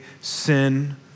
sin